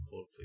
Please